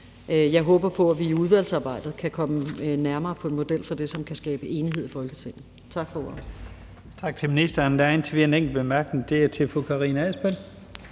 Jeg håber på, at vi i udvalgsarbejdet kan komme nærmere på en model for det, som kan skabe enighed i Folketinget. Tak for ordet.